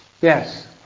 Yes